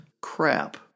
crap